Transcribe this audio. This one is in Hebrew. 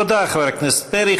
תודה, חבר הכנסת פרי.